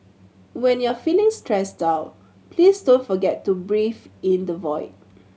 when you are feeling stressed out please don't forget to breathe in the void